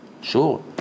Sure